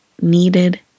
needed